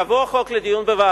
יבוא החוק לוועדה,